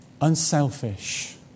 Unselfish